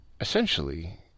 Essentially